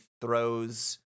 throws